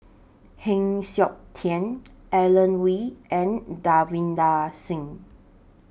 Heng Siok Tian Alan Oei and Davinder Singh